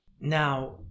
Now